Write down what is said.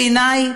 בעיני,